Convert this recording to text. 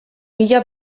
mila